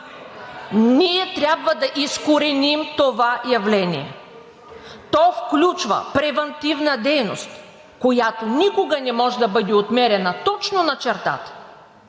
трябва да изкореним това явление. То включва превантивна дейност, която никога не може да бъде отмерена точно на чертата,